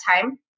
time